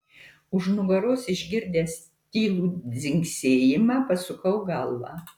už nugaros išgirdęs tylų dzingsėjimą pasukau galvą